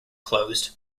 closed